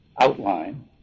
outline